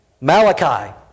Malachi